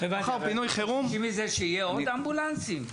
--- שיהיו עוד אמבולנסים.